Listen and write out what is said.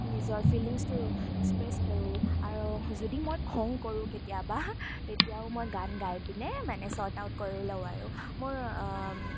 নিজৰ ফিলিংছটো এক্সপ্ৰেছ কৰোঁ আৰু যদি মই খং কৰোঁ কেতিয়াবা তেতিয়াও মই গান গাই পিনে চৰ্ট আউট কৰি লওঁ আৰু মোৰ